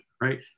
right